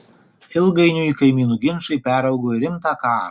ilgainiui kaimynų ginčai peraugo į rimtą karą